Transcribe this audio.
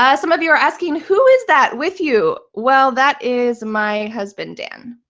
ah some of you are asking, who is that with you? well, that is my husband dan.